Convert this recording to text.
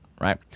right